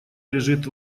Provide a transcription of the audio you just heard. лежит